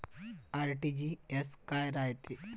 RTGS काय रायते?